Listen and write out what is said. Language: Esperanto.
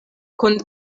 kun